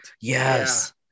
yes